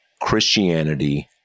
Christianity